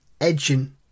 edging